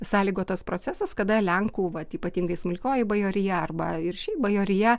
sąlygotas procesas kada lenkų vat ypatingai smulkioji bajorija arba ir šiaip bajorija